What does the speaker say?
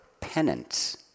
penance